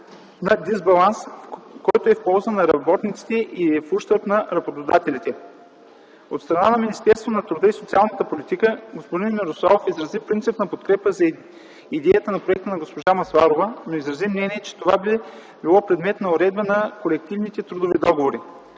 на дисбаланс, който е в полза на работниците и в ущърб на работодателите. От страна на Министерството на труда и социалната политика господин Мирославов изрази принципна подкрепа за идеята на проекта на госпожа Масларова, но изрази мнение, че това би било предмет на уредба на колективните трудови договори.